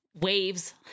waves